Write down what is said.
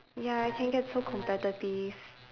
ya it can get so competitive